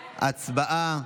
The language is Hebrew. הצבעה.